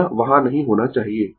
यह वहाँ नहीं होना चाहिए